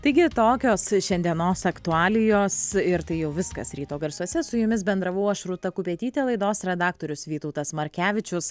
taigi tokios šiandienos aktualijos ir tai jau viskas ryto garsuose su jumis bendravau aš rūta kupetytė laidos redaktorius vytautas markevičius